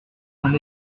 son